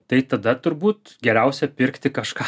tai tada turbūt geriausia pirkti kažką